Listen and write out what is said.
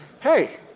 hey